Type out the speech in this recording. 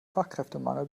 fachkräftemangel